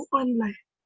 online